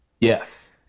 Yes